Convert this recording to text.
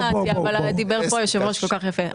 אני לא תכננתי, אבל דיבר פה יושב הראש כל כך יפה.